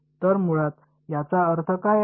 तर मुळात याचा अर्थ काय आहे